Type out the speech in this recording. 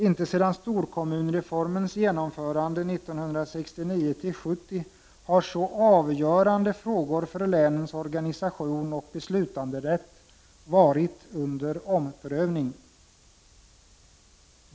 Inte sedan storkommunreformens genomförande 1969—1970 har så avgörande frågor för länens organisation och beslutanderätt varit under omprövning.